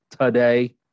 today